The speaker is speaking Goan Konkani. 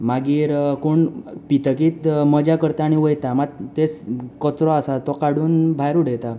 मागीर कोण पितकच मजा करता आनी वयता मात ते कचरो आसा तो काडून भायर उडयता